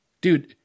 Dude